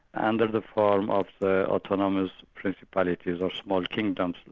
under the form of the autonomous principalities, or small kingdoms,